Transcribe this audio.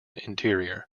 interior